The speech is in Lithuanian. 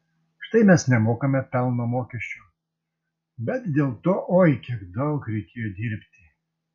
štai mes nemokame pelno mokesčio bet dėl to oi kiek daug reikėjo dirbti